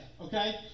okay